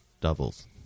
doubles